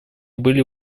были